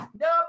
Nope